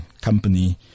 company